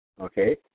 okay